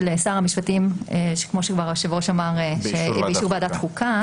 שר המשפטים שכמו שכבר אמר היושב ראש זה יהיה באישור ועדת החוקה.